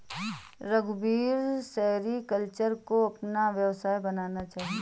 रघुवीर सेरीकल्चर को अपना व्यवसाय बनाना चाहता है